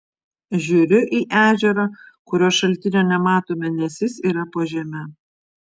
žiūriu į ežerą kurio šaltinio nematome nes jis yra po žeme